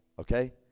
Okay